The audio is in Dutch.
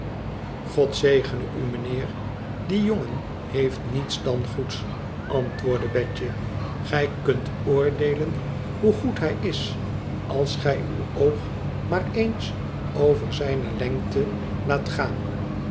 god zegenen mijnheer die jongen heeft niets dan goeds antwoorde betje gij kunt oordeelen hoe goed hij is als gij uw oog maar eens over zijne lengte laat gaan